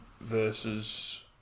versus